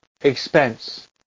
expense